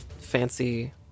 fancy